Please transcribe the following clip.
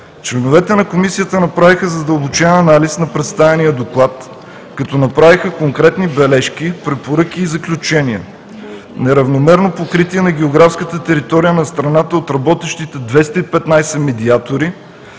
Членовете на Комисията направиха задълбочен анализ на представения Доклад, като направиха конкретни бележки, препоръки и заключения: неравномерно покритие на географската територия на страната от работещите 215 медиатори